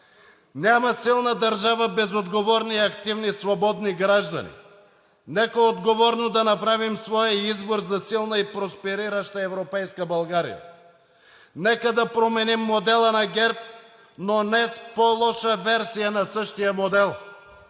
Няма силна държава, без отговорни, активни и свободни граждани. Нека отговорно да направим своя избор за силна и просперираща европейска България, нека да променим модела на ГЕРБ, но не с по-лоша версия на същия модел,